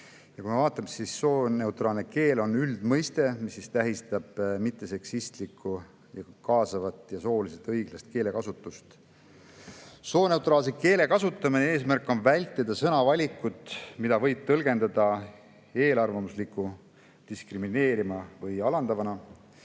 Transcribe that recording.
[definitsiooni], siis sooneutraalne keel on üldmõiste, mis tähistab mitteseksistlikku, kaasavat ja sooliselt õiglast keelekasutust. Sooneutraalse keele kasutamise eesmärk on vältida sõnavalikut, mida võib tõlgendada eelarvamusliku, diskrimineeriva või alandavana